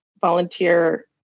volunteer